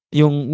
yung